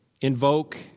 Invoke